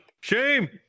Shame